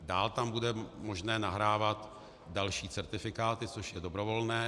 Dál tam bude možné nahrávat další certifikáty, což je dobrovolné.